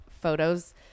photos